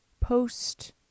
post